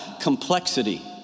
complexity